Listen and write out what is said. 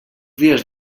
dies